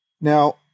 now